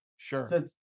Sure